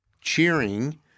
cheering